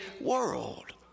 world